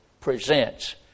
presents